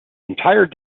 entire